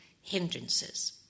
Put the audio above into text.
hindrances